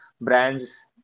brands